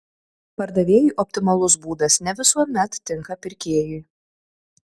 pardavėjui optimalus būdas ne visuomet tinka pirkėjui